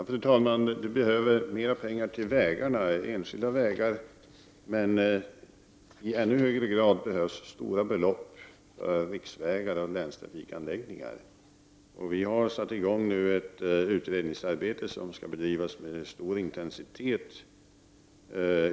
Fru talman! Det behövs mera pengar till enskilda vägar, men i ännu högre grad behövs stora belopp för riksvägar och länstrafikanläggningar. Vi har satt i gång ett utredningsarbete, som skall bedrivas med stor intensitet.